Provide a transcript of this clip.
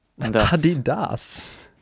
Adidas